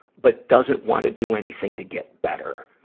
but doesn't wanna do anything to get better.